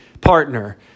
partner